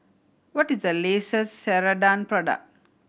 what is the latest Ceradan product